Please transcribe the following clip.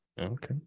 Okay